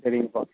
சரிங்கப்பா